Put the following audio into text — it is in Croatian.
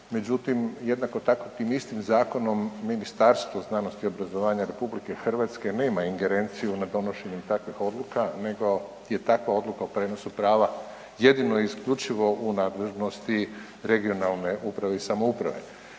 međutim jednako tako tim istim zakonom Ministarstvo znanosti i obrazovanja RH nema ingerenciju nad donošenjem takvih odluka nego je takva odluka o prijenosu prava jedino i isključivo u nadležnosti regionalne uprave i samouprave.